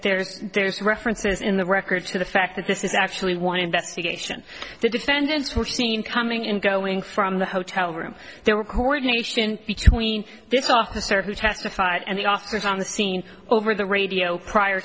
there's there's references in the records to the fact that this is actually one investigation the defendants were seen coming in going from the hotel room there were coordination between this officer who testified and the officers on the scene over the radio prior